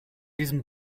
diesem